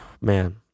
Man